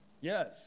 Yes